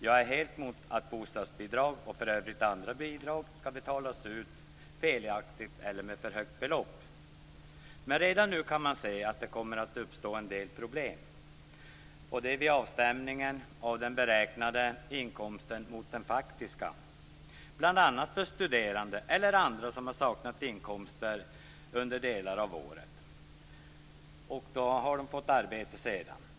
Jag är helt mot att bostadsbidrag, och för övrigt andra bidrag, skall betalas ut felaktigt eller med för högt belopp. Men redan nu kan man se att det kommer att uppstå en del problem vid avstämningen av den beräknade inkomsten mot den faktiska, bl.a. för studerande eller andra som saknat inkomster under delar av året och som sedan fått ett arbete.